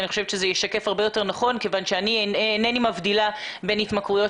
אני חושבת שזה ישקף הרבה יותר נכון כיוון שאני אינני מבדילה בין התמכרויות